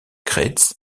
crêts